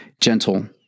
gentle